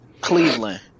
Cleveland